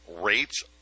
Rates